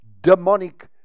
demonic